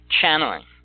Channeling